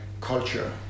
culture